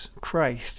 Christ